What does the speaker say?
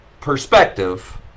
perspective